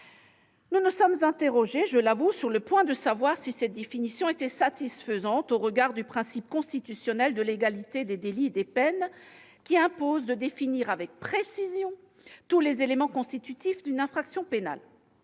de se couvrir le visage. Je l'avoue, nous nous sommes demandé si cette définition était satisfaisante au regard du principe constitutionnel de légalité des délits et des peines, qui impose de définir avec précision tous les éléments constitutifs d'une infraction pénale.